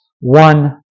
one